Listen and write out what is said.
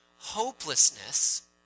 hopelessness